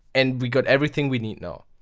and we got everything we need now!